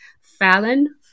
Fallon